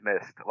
missed